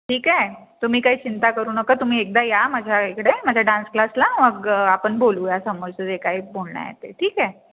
ठीक आहे तुम्ही काही चिंता करू नका तुम्ही एकदा या माझ्या इकडे माझ्या डान्स क्लासला मग आपण बोलूया समोरचं जे काही बोलणं आहे ते ठीक आहे